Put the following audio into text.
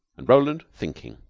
and roland thinking.